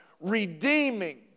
redeeming